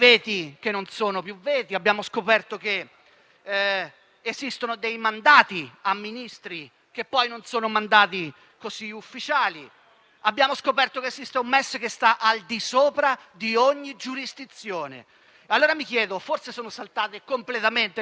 Abbiamo scoperto che esiste un MES che sta al di sopra di ogni giurisdizione. Allora mi chiedo: forse sono saltate completamente le regole democratiche in Europa e in Italia? Chiudo questo mio brevissimo intervento dicendo semplicemente quello che ho sostanzialmente detto un anno fa.